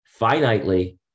finitely